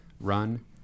run